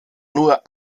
nur